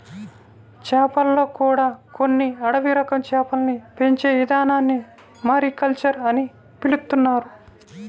చేపల్లో కూడా కొన్ని అడవి రకం చేపల్ని పెంచే ఇదానాన్ని మారికల్చర్ అని పిలుత్తున్నారు